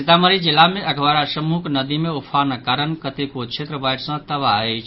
सीतामढ़ी जिला मे अधवारा समूहक नदी मे उफानक कारण कतेको क्षेत्र बाढ़ि सँ बेसी तबाह अछि